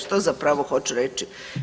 Što zapravo hoću reći?